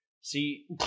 See